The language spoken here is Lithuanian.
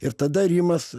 ir tada rimas